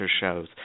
shows